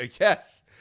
yes